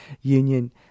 union